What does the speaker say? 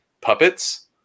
puppets